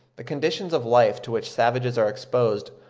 the conditions of life to which savages are exposed,